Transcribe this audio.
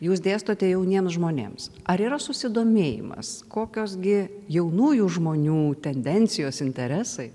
jūs dėstote jauniems žmonėms ar yra susidomėjimas kokios gi jaunųjų žmonių tendencijos interesai